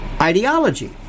ideology